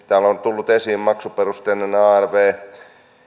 täällä on tullut esiin maksuperusteinen alv